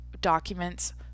documents